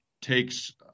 takes